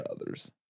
others